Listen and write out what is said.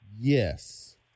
Yes